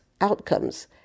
outcomes